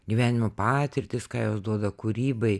gyvenimo patirtis ką jos duoda kūrybai